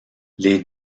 les